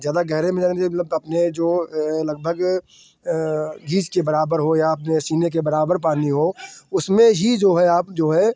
ज़्यादा गहरे में नहीं जाना चाहिए मतलब अपने जो लगभग गीज के बराबर हो या अपने सीने के बराबर पानी हो उसमें ही जो है आप जो है